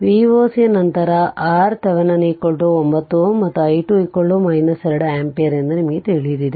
ಆ Voc ನಂತರ RThevenin 9 Ω ಮತ್ತು i2 2 ಆಂಪಿಯರ್ ಎಂದು ನಿಮಗೆ ತಿಳಿದಿದೆ